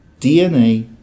DNA